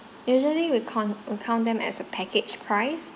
usually we count we count them as a package price